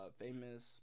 famous